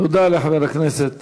תודה לחבר הכנסת